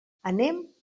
anem